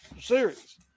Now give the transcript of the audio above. series